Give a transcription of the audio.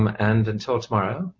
um and until tomorrow,